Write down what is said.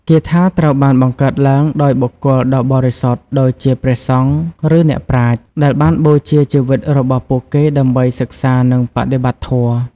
គាថាត្រូវបានបង្កើតឡើងដោយបុគ្គលដ៏បរិសុទ្ធដូចជាព្រះសង្ឃ ឬអ្នកប្រាជ្ញ ដែលបានបូជាជីវិតរបស់ពួកគេដើម្បីសិក្សានិងបដិបត្តិធម៌។